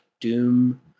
doom